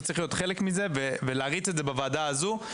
צריך להיות חלק מזה ולהריץ את זה בוועדה הזו.